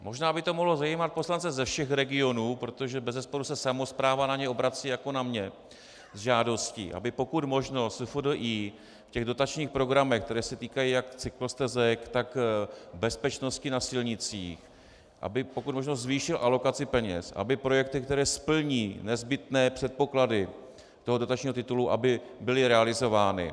Možná by to mohlo zajímat poslance ze všech regionů, protože bezesporu se samospráva na ně obrací jako na mě s žádostí, aby pokud možno SFDI v těch dotačních programech, které se týkají jak cyklostezek, tak bezpečnosti na silnicích, pokud možno zvýšil alokaci peněz, aby projekty, které splní nezbytné předpoklady toho dotačního titulu, byly realizovány.